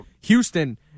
Houston